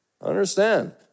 Understand